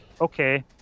okay